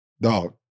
Dog